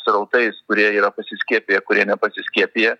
srautais kurie yra pasiskiepiję kurie nepasiskiepiję